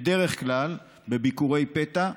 בדרך כלל בביקורי פתע,